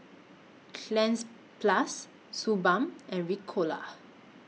Cleanz Plus Suu Balm and Ricola